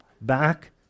Back